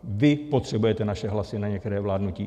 Vy potřebujete naše hlasy na některé vládnutí.